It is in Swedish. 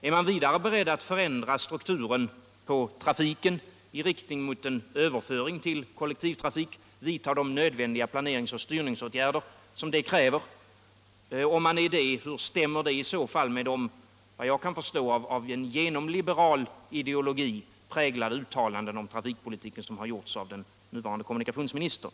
Är man vidare beredd att förändra traftikstrukturen i riktning mot en överföring tvill kollektivtrafik och vidta de planeringsoch styrningsåtgärder som det kräver? Om det är fallet, hur stämmer det i så fall med de av en, såvitt jag kan förstå, genomliberal ideologi präglade uttalanden om trafikpolitiken som gjorts av den nuvarande kommunikationsministern?